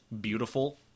beautiful